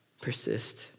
Persist